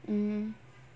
mm